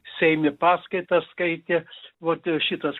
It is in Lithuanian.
seime paskaitas skaitė vot šitas